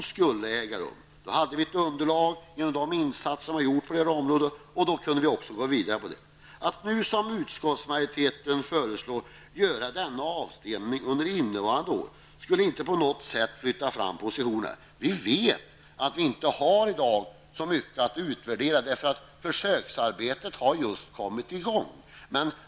Då skulle vi ha ett underlag genom de insatser som gjorts på området, och då kunde vi gå vidare. Att som utskottsmajoriteten föreslår göra denna avstämning under innevarande år, skulle inte på något sätt flytta fram positionerna. Vi vet att det i dag inte finns så mycket att utvärdera, för försöksarbetet har just kommit i gång.